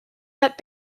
met